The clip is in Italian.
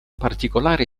particolare